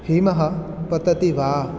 हिमः पतति वा